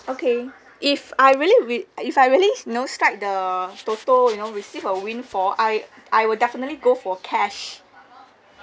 okay if I really win if I really you know strike the toto you know receive a windfall I I would definitely go for cash